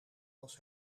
was